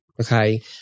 Okay